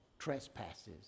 trespasses